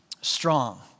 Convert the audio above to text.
strong